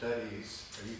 studies